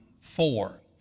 four